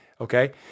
okay